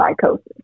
psychosis